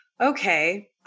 okay